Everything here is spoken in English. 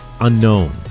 unknown